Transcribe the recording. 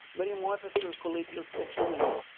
merriam-webster collegian dictionary,